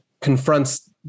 confronts